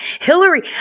Hillary